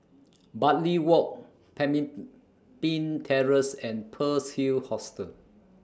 Bartley Walk Pemimpin Terrace and Pearl's Hill Hostel